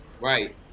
Right